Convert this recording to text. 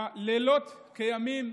ועושים לילות כימים,